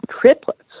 triplets